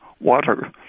water